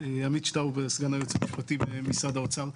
סגן היועץ המשפטי במשרד האוצר.